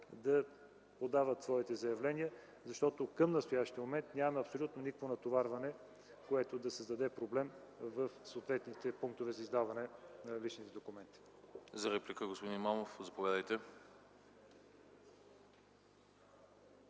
да подават своите заявления, защото към настоящия момент нямаме абсолютно никакво натоварване, което да създаде проблем в съответните пунктове за издаване на личните документи. ПРЕДСЕДАТЕЛ АНАСТАС АНАСТАСОВ: За реплика – господин Имамов, заповядайте.